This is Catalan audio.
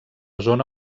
zona